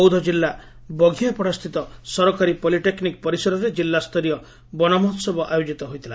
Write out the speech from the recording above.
ବୌଦ୍ଧ ଜିଲା ବଘିଆପଡା ସ୍ଥିତ ସରକାରୀ ପଲିଟେକନିକ ପରିସରରେ ଜିଲାସରୀୟ ବନମହୋସ୍ବ ଆୟୋକିତ ହୋଇଥିଲା